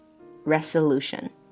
resolution